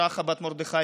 ברכה בת מרדכי,